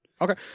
Okay